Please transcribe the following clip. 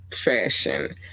fashion